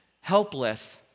helpless